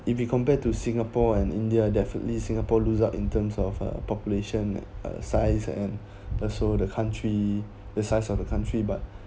if you compare to singapore and india definitely singapore lose out in terms of uh population size and also the country the size of the country but